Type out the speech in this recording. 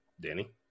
Danny